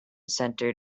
center